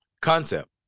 concept